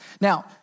Now